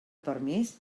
permís